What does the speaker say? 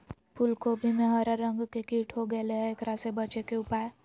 फूल कोबी में हरा रंग के कीट हो गेलै हैं, एकरा से बचे के उपाय?